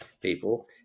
people